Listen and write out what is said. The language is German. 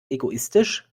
egoistisch